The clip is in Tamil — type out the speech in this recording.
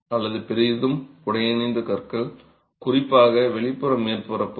அல்லது பெரிதும் உடையணிந்த கற்கள் குறிப்பாக வெளிப்புற மேற்பரப்புகள்